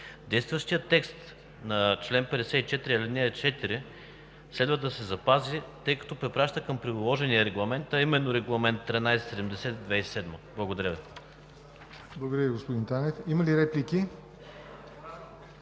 Действащият текст на чл. 54, ал. 4 следва да се запази, тъй като препраща към приложения регламент, а именно Регламент 1370/2007. Благодаря